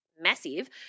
massive